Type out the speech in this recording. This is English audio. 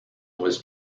was